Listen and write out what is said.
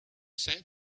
say